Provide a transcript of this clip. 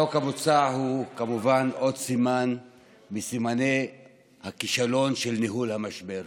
החוק המוצע הוא כמובן עוד סימן מסימני הכישלון של ניהול המשבר.